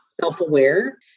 self-aware